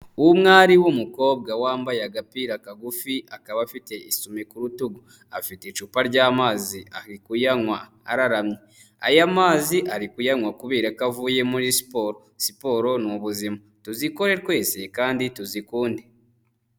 Umwari w'umukobwa wambaye agapira kagufi, akaba afite isume ku rutugu, afite icupa ry'amazi ari kuyanywa araramye. Aya mazi ari kuyanywa kubera ko avuye muri siporo, siporo ni ubuzima, tuzikore twese kandi tuzikunde.